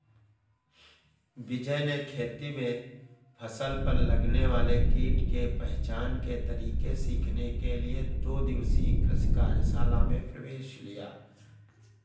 विजय ने खेती में फसल पर लगने वाले कीट के पहचान के तरीके सीखने के लिए दो दिवसीय कृषि कार्यशाला में प्रवेश लिया